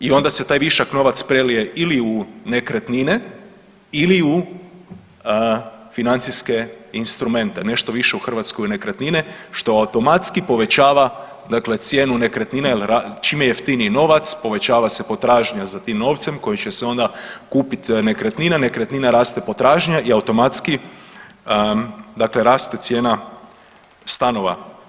I onda se taj višak novca prelije ili u nekretnine ili u financijske instrumente, nešto više u Hrvatskoj nekretnine što automatski povećava dakle cijenu nekretnina jer čim je jeftiniji novac, povećava se potražnja za tim novcem koji će se onda kupit nekretnina, nekretnina raste potražnja i automatski dakle raste cijena stanova.